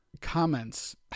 comments